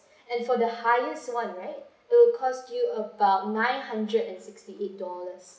and for the highest one right it will cost you about nine hundred and sixty-eight dollars